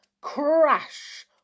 Crash